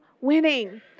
winning